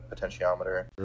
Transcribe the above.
potentiometer